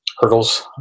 hurdles